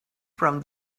from